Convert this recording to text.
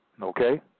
Okay